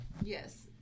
Yes